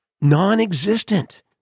non-existent